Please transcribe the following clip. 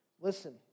Listen